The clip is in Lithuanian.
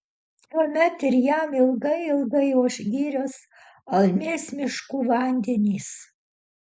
tuomet ir jam ilgai ilgai oš girios almės miškų vandenys